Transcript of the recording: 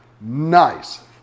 nice